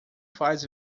faz